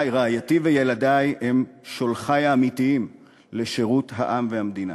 רעייתי וילדי הם שולחי האמיתיים לשירות העם והמדינה,